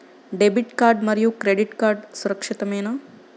Debit card మరియు credit card సురక్షితమేనా?